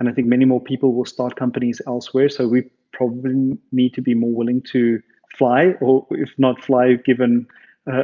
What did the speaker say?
and i think many more people will start companies elsewhere. so we probably need to be more willing to fly, or if not fly given